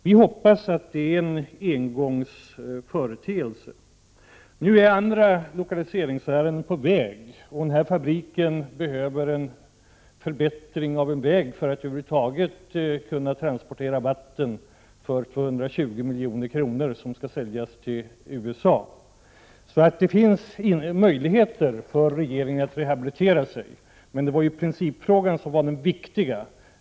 Vi hoppas att det är en engångsföreteelse. Nu är andra lokaliseringsärenden på gång. Fabriken behöver dessutom en bättre väg för att kunna transportera sitt mineralvatten Prot. 1988/89:26 — det rör sig om mineralvatten för 220 milj.kr. — som skall säljas till USA. 17 november 1988 Det finns således möjligheter för regeringen till rehabilitering Mendtvar XX — ju principfrågan som var det viktiga här.